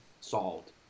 solved